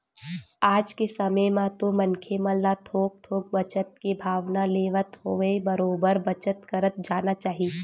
आज के समे म तो मनखे मन ल थोक थोक बचत के भावना लेवत होवय बरोबर बचत करत जाना चाही